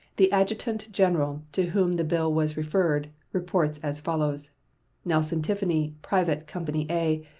the adjutant-general, to whom the bill was referred, reports as follows nelson tiffany, private, company a,